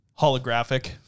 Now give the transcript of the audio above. Holographic